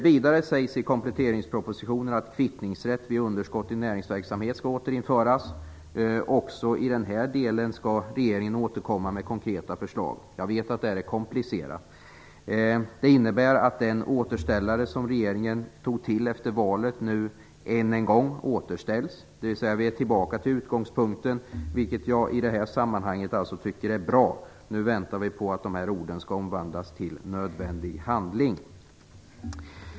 Vidare sägs i kompletteringspropositionen att kvittningsrätt vid underskott i näringsverksamhet skall återinföras. Också i denna del skall regeringen återkomma med konkreta förslag - jag vet att detta är komplicerat. Det innebär att den återställare som regeringen tog till efter valet nu än en gång återställs, dvs. att vi är tillbaka till utgångspunkten, vilket jag i detta sammanhang alltså tycker är bra. Nu väntar vi på att orden skall omvandlas till nödvändig handling.